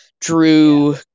drew